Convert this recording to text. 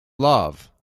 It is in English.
love